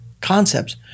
Concepts